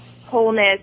wholeness